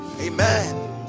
amen